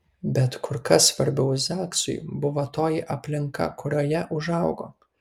bet kur kas svarbiau zaksui buvo toji aplinka kurioje užaugo